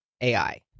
ai